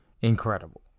incredible